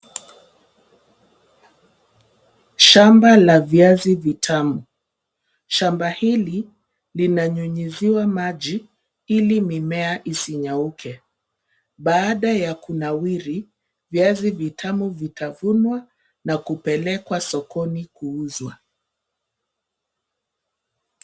Shamba la viazi vitamu .Shamba hili linanyunyiziwa maji ili mimea isinyauke. Baada ya kunawiri viazi vitamu vitavunwa na kupelekwa sokoni kuuzwa.